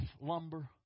lumber